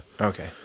Okay